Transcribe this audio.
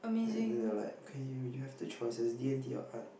and then they were like okay you you have two choices D-and-T or art